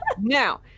Now